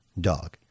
dog